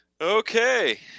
Okay